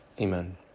Amen